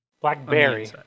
Blackberry